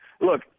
Look